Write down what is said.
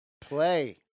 play